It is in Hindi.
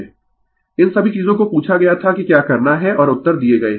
Refer slide Time 1659 इन सभी चीजों को पूछा गया था कि क्या करना है और उत्तर दिए गए है